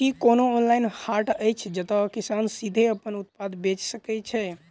की कोनो ऑनलाइन हाट अछि जतह किसान सीधे अप्पन उत्पाद बेचि सके छै?